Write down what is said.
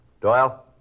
Doyle